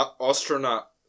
astronaut